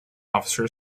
officer